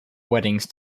weddings